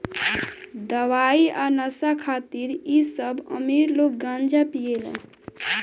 दवाई आ नशा खातिर इ सब अमीर लोग गांजा पियेला